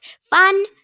Fun